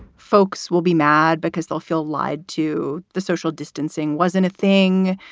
folks will be mad because they'll feel lied to. the social distancing wasn't a thing.